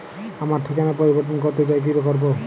আমার ঠিকানা পরিবর্তন করতে চাই কী করব?